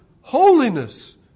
Holiness